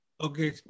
Okay